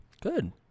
Good